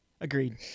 Agreed